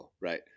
right